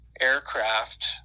aircraft